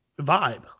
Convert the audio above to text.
vibe